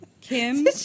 Kim